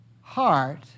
heart